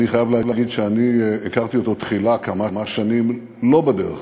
אני חייב להגיד שאני הכרתי אותו תחילה כמה שנים לא בדרך הזאת.